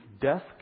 death